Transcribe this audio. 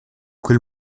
quel